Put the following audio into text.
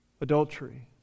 Adultery